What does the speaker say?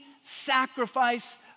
sacrifice